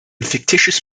fictitious